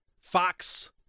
Fox